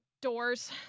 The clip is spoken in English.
doors